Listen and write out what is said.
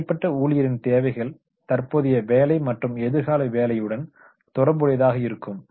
ஒரு தனிப்பட்ட ஊழியரின் தேவைகள் தற்போதைய வேலை மற்றும் எதிர்கால வேலையுடன் தொடர்புடையதாக இருக்கும்